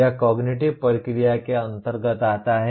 यह कॉग्निटिव प्रक्रिया के अंतर्गत आता है